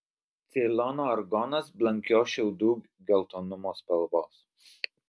ceilono argonas blankios šiaudų geltonumo spalvos